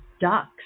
ducks